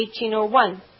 1801